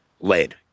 lead